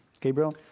Gabriel